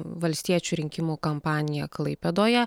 valstiečių rinkimų kampaniją klaipėdoje